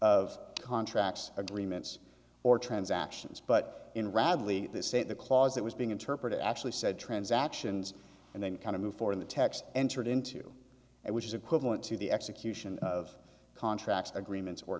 of contracts agreements or transactions but in radley they say the clause that was being interpreted actually said transactions and then kind of before in the text entered into it which is equivalent to the execution of contract agreements or